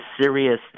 serious